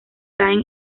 caen